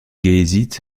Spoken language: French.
hésite